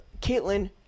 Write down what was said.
Caitlin